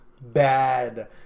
bad